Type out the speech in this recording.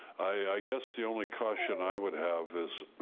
i guess the only caution i would have is